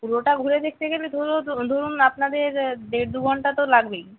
পুরোটা ঘুরে দেখতে গেলে ধরু ধরুন আপনাদের দেড় দু ঘন্টা তো লাগবেই